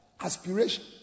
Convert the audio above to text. aspiration